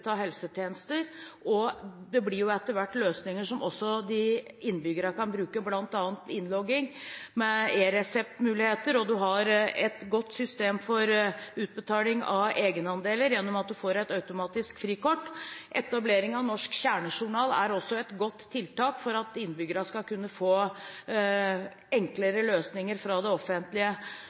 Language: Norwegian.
av helsetjenester. Det blir etter hvert løsninger som også innbyggerne kan bruke, bl.a. innlogging med e-reseptmuligheter, og man har et godt system for utbetaling av egenandeler gjennom at man får et automatisk frikort. Etablering av en norsk kjernejournal er også et godt tiltak for at innbyggerne skal kunne få enklere løsninger fra det offentlige.